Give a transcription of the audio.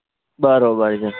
બરાબર છે